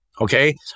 Okay